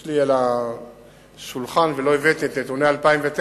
יש לי על השולחן ולא הבאתי את נתוני 2009,